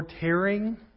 tearing